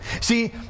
See